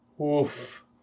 Oof